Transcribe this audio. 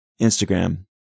Instagram